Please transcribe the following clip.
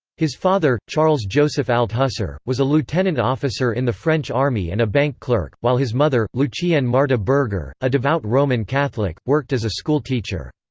his father, charles-joseph althusser, was a lieutenant officer in the french army and a bank clerk, while his mother, lucienne marthe berger, a devout roman catholic, worked as a school teacher.